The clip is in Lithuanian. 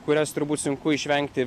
kurias turbūt sunku išvengti